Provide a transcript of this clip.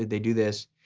they do this.